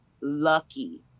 lucky